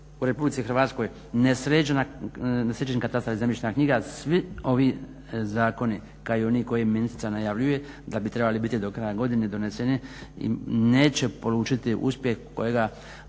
u RH nesređen katastar i zemljišna knjiga svi ovi zakoni kao i oni koje ministrica najavljuje da bi trebali biti do kraja godine doneseni neće polučiti uspjeh kojega